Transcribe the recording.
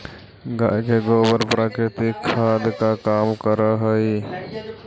गाय का गोबर प्राकृतिक खाद का काम करअ हई